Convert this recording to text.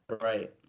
Right